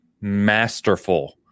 masterful